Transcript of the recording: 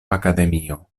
akademio